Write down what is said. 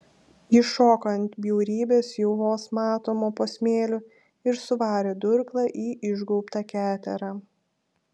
ji šoko ant bjaurybės jau vos matomo po smėliu ir suvarė durklą į išgaubtą keterą